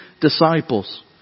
disciples